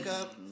up